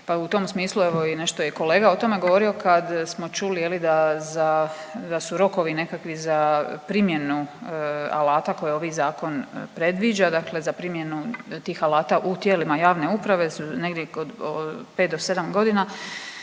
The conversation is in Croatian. pa u tom smislu, evo, nešto je i kolega o tome govorio, kad smo čuli, je li, da za, da su rokovi nekakvi za primjenu alata koje ovaj Zakon predviđa, dakle za primjenu tih alata u tijelima javne uprave su negdi od 5 do 7 godina.